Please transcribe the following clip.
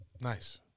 Nice